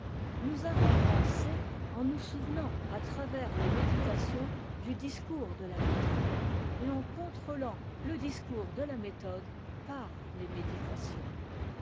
nous avons pensé en nous souvenant à travers les méditations du discours de la méthode et en contrôlant le discours de la méthode par les méditations